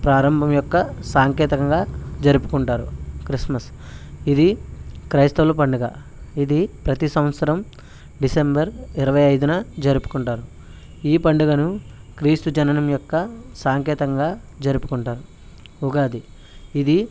ప్రారంభం యొక్క సాంకేతంగా జరుపుకుంటారు క్రిస్మస్ ఇది క్రైస్తవులు పండగ ఇది ప్రతీ సంవత్సరం డిసెంబర్ ఇరవై ఐదున జరుపుకుంటారు ఈ పండగను క్రీస్తు జననం యొక్క సాంకేతంగా జరుపుకుంటారు ఉగాది ఇది